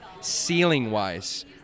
ceiling-wise